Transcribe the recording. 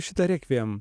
šitą rekviem